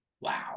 wow